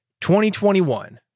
2021